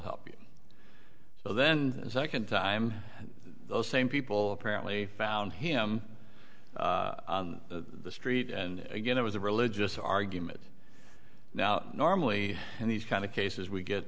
help you so then the second time those same people apparently found him the street and again it was a religious argument now normally in these kind of cases we get